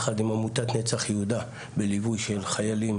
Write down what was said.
יחד עם עמותת נצח יהודה בליווי של חיילים